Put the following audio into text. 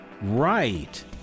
Right